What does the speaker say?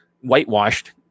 whitewashed